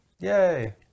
yay